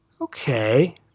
Okay